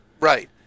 Right